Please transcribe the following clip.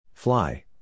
Fly